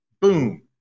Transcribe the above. boom